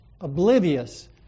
oblivious